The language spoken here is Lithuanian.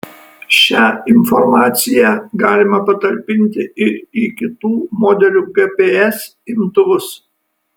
šią informaciją galima patalpinti ir į kitų modelių gps imtuvus